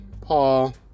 Paul